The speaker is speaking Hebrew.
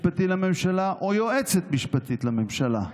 יועץ משפטי לממשלה או יועצת משפטית לממשלה.